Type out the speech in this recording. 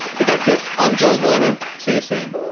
but that's it, i'm joel werner, see you soon